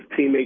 teammate